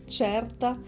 certa